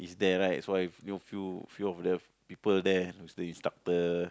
is there right so I feel feel the people there who is the instructor